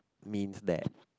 means that